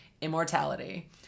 Immortality